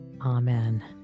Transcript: Amen